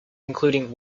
including